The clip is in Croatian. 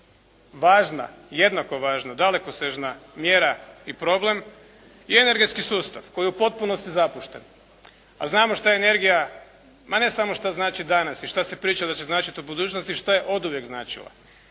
važna, jednako važna, dalekosežna mjera i problem je energetski sustav koji je u potpunosti zapušten, a znamo što energija, ma ne samo što znači danas i što se priča da će značiti u budućnosti i što je oduvijek značila